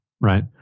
right